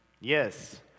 Yes